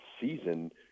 season